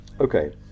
Okay